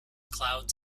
clouds